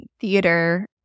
theater